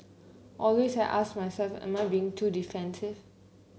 always I ask myself am I being too defensive